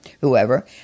whoever